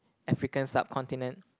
African subcontinent